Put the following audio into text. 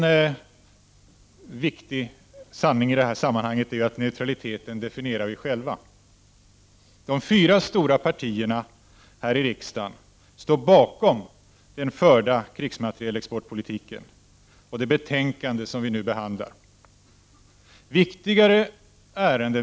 En viktig sanning i sammanhanget är ju att neutraliteten definierar vi själva. De fyra stora partierna här i riksdagen står bakom den förda krigsmaterielexportpolitiken och det betänkande som vi nu behandlar.